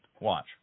Watch